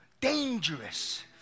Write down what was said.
dangerous